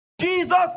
Jesus